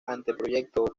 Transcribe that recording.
anteproyecto